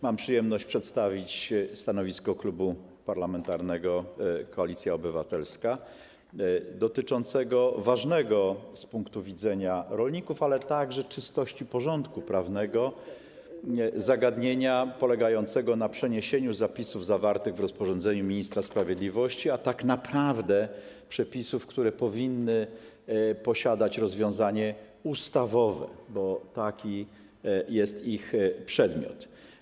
Mam przyjemność przedstawić stanowisko Klubu Parlamentarnego Koalicja Obywatelska wobec ważnego z punktu widzenia rolników, ale także czystości porządku prawnego zagadnienia polegającego na przeniesieniu zapisów zawartych w rozporządzeniu ministra sprawiedliwości, a tak naprawdę przepisów, które powinny posiadać rozwiązanie ustawowe, bo taki jest ich przedmiot.